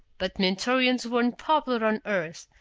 but mentorians weren't popular on earth,